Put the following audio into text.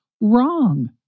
wrong